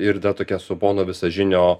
ir dar tokia su pono visažinio